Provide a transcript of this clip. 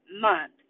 month